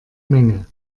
menge